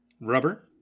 Rubber